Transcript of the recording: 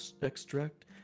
extract